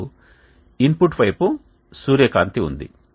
ఇప్పుడు ఇన్పుట్ వైపు సూర్యకాంతి ఉంది